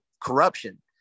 corruption